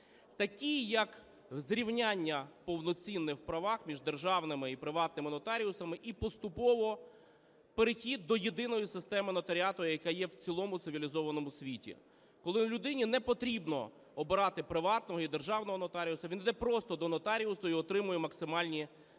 Такий, як зрівняння в повноцінних правах між державними і приватними нотаріусами, і поступово перехід до єдиної системи нотаріату, яка є в цілому цивілізованому світі. Коли людині не потрібно обирати приватного і державного нотаріуса. Він іде просто до нотаріуса і отримує максимальні